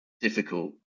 difficult